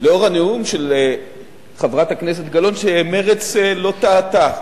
לאור הנאום של חברת הכנסת גלאון, שמרצ לא טעתה,